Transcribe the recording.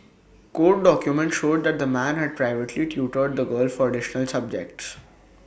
court documents showed that the man had privately tutored the girl for additional subjects